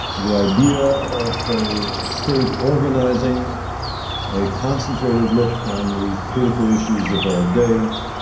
the idea of a state organizing a concentrated look on the critical issues of our day,